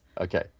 Okay